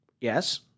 Yes